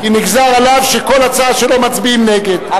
כי נגזר עליו שכל הצעה שלו מצביעים נגד,